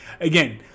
Again